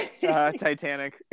titanic